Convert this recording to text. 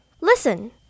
Listen